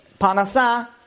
panasa